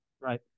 Right